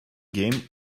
game